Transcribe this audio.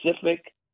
specific